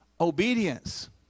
Obedience